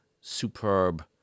superb